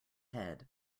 head